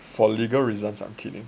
for legal reasons I'm kidding